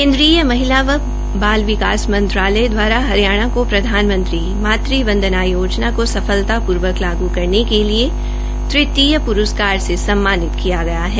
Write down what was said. केन्द्रीय महिला एवं बाल विकास मंत्रालय दवारा हरियाणा को प्रधानमंत्री मातृ वंदना योजना को सफलतापूर्वक लागू करने के लिए तृतीय प्रस्कार से सम्मानित किया गया है